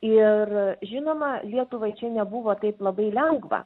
ir žinoma lietuvai čia nebuvo taip labai lengva